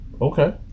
Okay